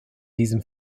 diesem